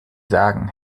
sagen